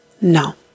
No